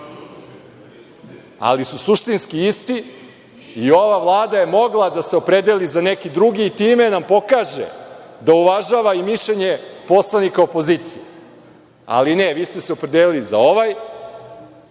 ali su suštinski isti i ova Vlada je mogla da se opredeli za neki drugi i time nam pokaže da uvažava i mišljenje poslanika opozicije, ali ne vi ste se opredelili za ovaj,